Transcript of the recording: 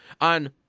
On